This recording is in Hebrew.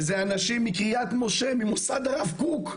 ואלה אנשים מקרית משה, ממוסד הרב קוק,